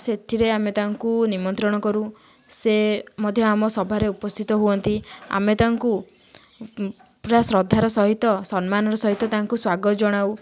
ସେଥିରେ ଆମେ ତାଙ୍କୁ ନିମନ୍ତ୍ରଣ କରୁ ସେ ମଧ୍ୟ ଆମ ସଭାରେ ଉପସ୍ଥିତ ହୁଅନ୍ତି ଆମେ ତାଙ୍କୁ ପୁରା ଶ୍ରଦ୍ଧାର ସହିତ ସମ୍ମାନର ସହିତ ତାଙ୍କୁ ସ୍ୱାଗତ ଜଣାଉ